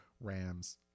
Rams